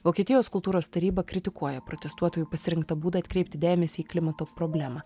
vokietijos kultūros taryba kritikuoja protestuotojų pasirinktą būdą atkreipti dėmesį į klimato problemą